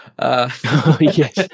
Yes